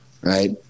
right